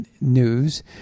news